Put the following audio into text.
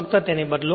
ફક્ત તેને બદલો